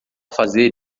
fazer